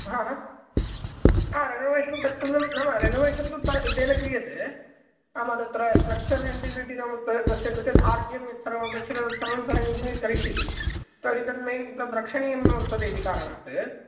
हा हा हा रेनोवेशन् कर्तव्यं नाम रेनोवेशन् तु त तेन क्रियते नाम तत्र स्ट्रक्चर् इन्टग्रिटि नाम त तस्य कृते दार्ढ्यं यत्सर्वमपेक्षितं तत्सर्वं सः इञ्जिनियर् करिष्यति तर्हि तत् मैन् रक्षणीयं वर्तते इति कारणात्